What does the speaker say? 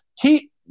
keep